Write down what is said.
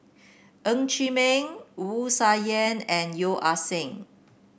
Ng Chee Meng Wu Tsai Yen and Yeo Ah Seng